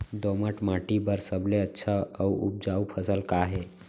दोमट माटी बर सबले अच्छा अऊ उपजाऊ फसल का हे?